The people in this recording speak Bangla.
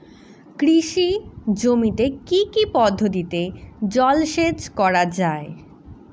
কৃষি জমিতে কি কি পদ্ধতিতে জলসেচ করা য়ায়?